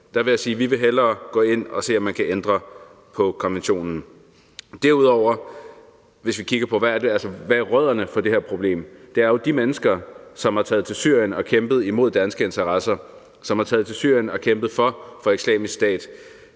Der vil jeg sige, at vi hellere vil gå ind og se, om man kan ændre på konventionen. Derudover er roden til det her problem jo, at de mennesker, som er taget til Syrien og har kæmpet imod danske interesser, og som er taget til Syrien og har kæmpet for Islamisk Stat,